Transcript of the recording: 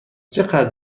چقدر